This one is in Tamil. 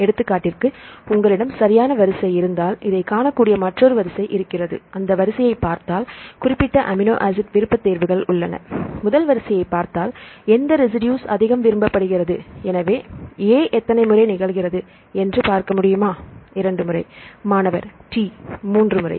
எடுத்துக்காட்டிற்கு உங்களிடம் சரியான வரிசை இருந்தாள் இதை காணக்கூடிய மற்றொரு வரிசை இருக்கிறது அந்த வரிசையை பார்த்தாள் குறிப்பிட்ட அமினோ ஆசிட் விருப்பத்தேர்வுகள் உள்ளன முதல் வரிசையைப் பார்த்தால் எந்த ரஸிடுஸ் அதிகம் விரும்பப்படுகிறது எனவே ஏ எத்தனை முறை நிகழ்கிறது என்று பார்க்க முடியுமா 2 முறை மாணவர் டி 3 முறை